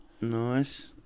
Nice